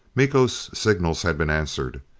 miko's signals had been answered.